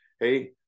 hey